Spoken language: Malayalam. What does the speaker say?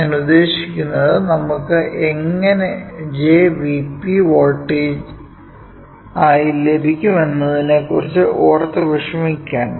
ഞാൻ ഉദ്ദേശിക്കുന്നത് നമുക്ക് എങ്ങനെ jVp വോൾട്ടേജായി ലഭിക്കുമെന്നതിനെക്കുറിച്ച് ഓർത്തു വിഷമിക്കേണ്ട